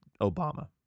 Obama